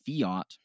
fiat